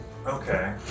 Okay